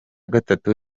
gatatu